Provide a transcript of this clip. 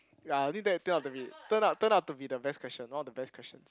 ya only that turn out to be turn out turn out to be the best question one of the best questions